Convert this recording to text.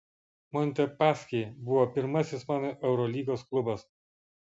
montepaschi buvo pirmasis mano eurolygos klubas